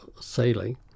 sailing